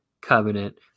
covenant